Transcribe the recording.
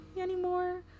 anymore